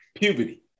puberty